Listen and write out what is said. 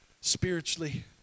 Spiritually